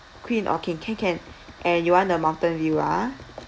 queen or king can can and you want the mountain view ah